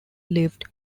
lived